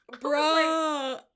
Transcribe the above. Bro